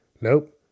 nope